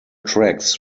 tracks